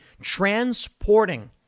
transporting